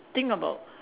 think about